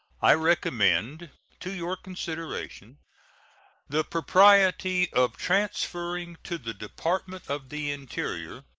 i recommend to your consideration the propriety of transferring to the department of the interior,